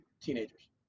teenagers